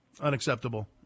Unacceptable